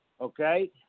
okay